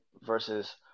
versus